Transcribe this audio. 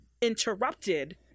interrupted